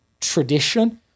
tradition